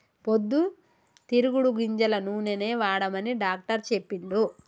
పొద్దు తిరుగుడు గింజల నూనెనే వాడమని డాక్టర్ చెప్పిండు